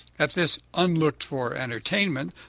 at this unlooked-for entertainment,